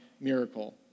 miracle